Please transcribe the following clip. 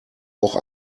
auch